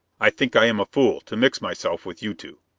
i think i am a fool to mix myself with you two.